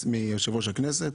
מיושב-ראש הכנסת,